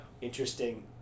interesting